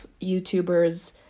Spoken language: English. youtubers